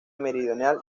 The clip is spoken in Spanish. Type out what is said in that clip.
meridional